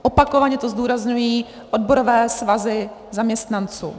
Opakovaně to zdůrazňují odborové svazy zaměstnanců.